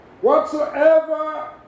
whatsoever